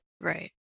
right